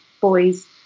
boys